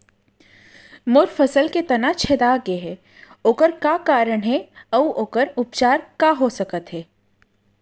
मोर फसल के तना छेदा गेहे ओखर का कारण हे अऊ ओखर उपचार का हो सकत हे?